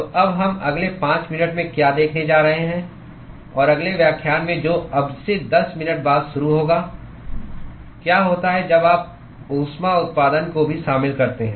तो अब हम अगले 5 मिनट में क्या देखने जा रहे हैं और अगले व्याख्यान में जो अब से 10 मिनट बाद शुरू होगा क्या होता है जब आप ऊष्मा उत्पादन को भी शामिल करते हैं